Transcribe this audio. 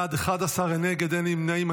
בעד, 11, אין נגד, אין נמנעים.